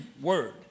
word